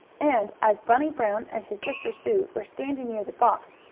and, as bunny brown and his sister sue were standing near the box,